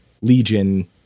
Legion